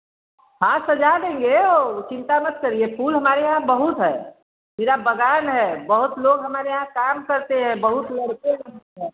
हाँ सजा देंगे वह चिंता मत करिए फूल हमारे यहाँ बहुत है पूरा बगान है बहुत लोग हमारे यहाँ काम करते हैं बहुत लड़के रहते हैं